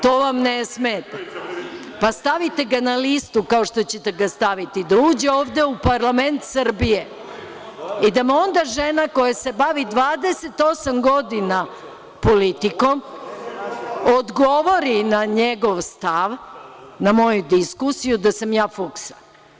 To vam ne smeta? (Dušan Petrović: Evo, reč mi dajte da odgovorim.) Stavite ga na listu, kao što ćete ga staviti, da uđe ovde u parlament Srbije i da mu onda žena koja se bavi 28 godina politikom odgovori na njegov stav na moju diskusiju da sam ja fuksa.